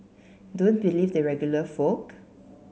don't believe the regular folk